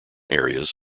areas